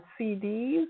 CDs